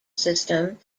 system